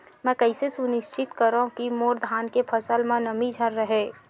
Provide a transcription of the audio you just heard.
मैं कइसे सुनिश्चित करव कि मोर धान के फसल म नमी झन रहे?